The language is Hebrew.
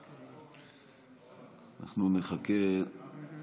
אנחנו נחכה חצי דקה,